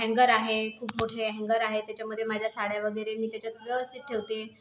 हँगर आहे खूप मोठे हँगर आहे त्याच्यामध्ये माझ्या साड्या वगैरे मी त्याच्यात व्यवस्थित ठेवते